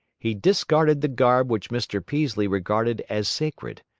he discarded the garb which mr. peaslee regarded as sacred.